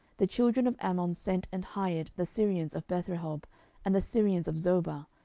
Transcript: the children of ammon sent and hired the syrians of bethrehob and the syrians of zoba,